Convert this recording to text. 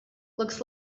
looks